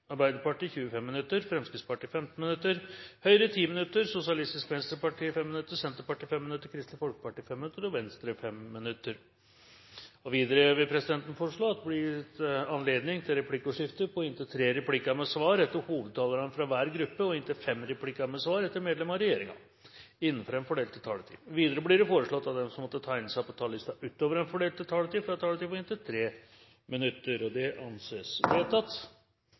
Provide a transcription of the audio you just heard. Arbeiderpartiet 25 minutter, Fremskrittspartiet 15 minutter, Høyre 10 minutter, Sosialistisk Venstreparti 5 minutter, Senterpartiet 5 minutter, Kristelig Folkeparti 5 minutter og Venstre 5 minutter. Videre vil presidenten foreslå at det blir gitt anledning til replikkordskifte på inntil tre replikker med svar etter hovedtalerne fra hver gruppe og inntil fem replikker med svar etter medlem av regjeringen innenfor den fordelte taletiden. Videre blir det foreslått at de som måtte tegne seg på talerlisten utover den fordelte taletid, får en taletid på inntil 3 minutter. – Det anses vedtatt.